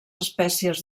espècies